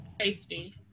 Safety